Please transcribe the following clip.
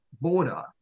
border